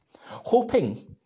Hoping